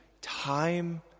time